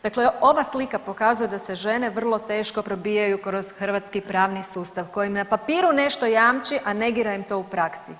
Dakle, ova slika pokazuje da se žene vrlo teško probijaju kroz hrvatski pravni sustav koji na papiru nešto jamči, a negira im to u praksi.